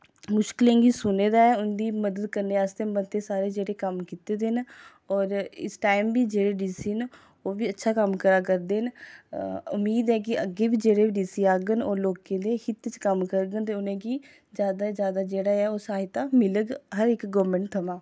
मुश्कलें गी सुने दा ऐ उं'दी मदद करने आस्तै मते सारे जेह्ड़े कम्म कीते दे न और इस टाइम बी जेह्ड़े डी सी न उब्भी अच्छा कम्म करा करदे न उम्मीद ऐ कि अग्गें बी जेह्ड़े डी सी आङन ओह् लोकें दे हित च कम्म करङन ते उ'नें गी जैदा जैदा जेह्ड़ा ऐ ओह् सहायता मिलग हर इक गौरमैंट थमां